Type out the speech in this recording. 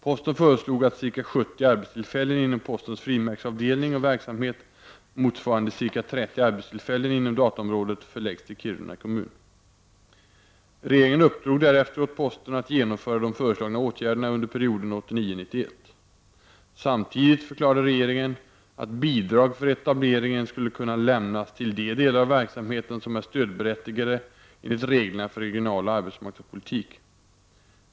Posten föreslog att ca 70 arbetstillfällen inom postens frimärksavdelning och verksamhet motsvarande ca 30 arbetstillfällen inom dataområdet förläggs till Kiruna kommun. Regeringen uppdrog därefter åt posten att genomföra de föreslagna åtgärderna under perioden 1989-1991. Samtidigt förklarade regeringen att bidrag för etableringen skulle kunna lämnas till de delar av verksamheten som är stödberättigade enligt reglerna för regionaloch arbetsmarknadspolitik.